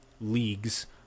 leagues